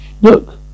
Look